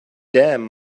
damn